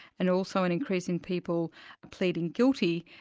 and also an increase in people pleading guilty,